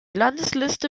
landesliste